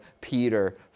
Peter